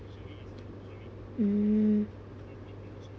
mm